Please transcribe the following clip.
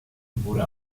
wurde